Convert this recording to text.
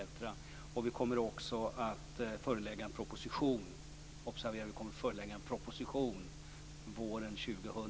den 15 mars, och vi kommer också att förelägga en proposition - observera att vi kommer att förelägga en proposition! - våren